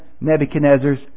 Nebuchadnezzar's